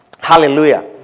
Hallelujah